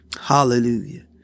Hallelujah